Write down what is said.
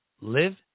live